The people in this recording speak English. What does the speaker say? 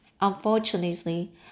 unfortunately